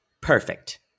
Perfect